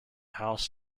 house